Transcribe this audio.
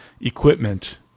equipment